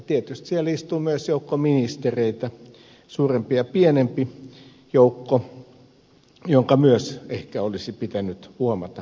tietysti siellä istuu myös joukko ministereitä suurempi ja pienempi joukko jonka myös ehkä olisi pitänyt huomata asioita